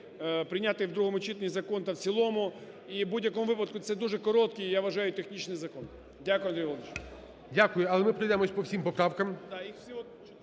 прийняти в другому читанні закон та в цілому і в будь-якому випадку це дуже короткий і, я вважаю, технічний закон. Дякую, Андрій Володимирович. ГОЛОВУЮЧИЙ. Дякую. Але ми пройдемось по всім поправкам.